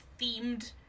themed